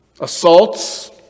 assaults